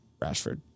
Rashford